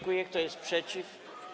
Kto jest przeciw?